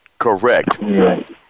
Correct